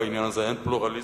בעניין הזה אין פלורליזם,